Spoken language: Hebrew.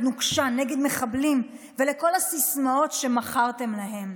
ליד נוקשה נגד מחבלים ולכל הסיסמאות שמכרתם להם,